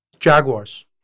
Jaguars